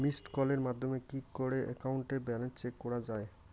Missed কলের মাধ্যমে কি একাউন্ট ব্যালেন্স চেক করা যায়?